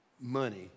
money